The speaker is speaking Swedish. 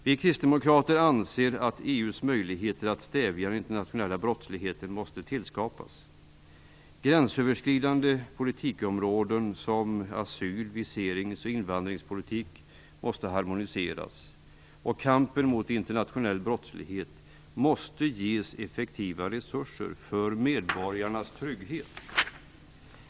Vi kristdemokrater anser att EU måste tillskapas möjligheter att stävja den internationella brottsligheten. Gränsöverskridande politikområden såsom asyl-, viserings och invandringspolitik måste harmoniseras, och kampen mot internationell brottslighet måste ges effektiva resurser för medborgarnas trygghet.